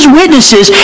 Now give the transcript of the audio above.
witnesses